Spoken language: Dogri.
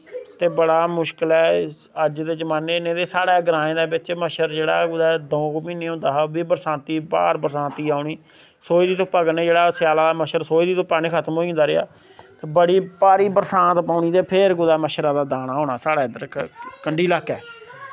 ते बड़ा मुश्कल ऐ अज्ज दै जमाने च नेईं ते साढ़ै ग्रांएं दे बिच्च मच्छर जेह्ड़ा ऐ कुतै दऊं क महीनें होंदा हा ओह्बी बरसांती ब्हार बरसांती औनी सोहे दी धुप्पा कन्नै जेह्ड़ा स्याला दा मच्छर सोहे दी धुप्पा कन्नै खत्म होंई जंदा रेहा बड़ी भारी बरसांत पौनी ते फिर कुतै मच्छरा दा दाना होना साढ़ै इध्दर कंढी ल्हाकै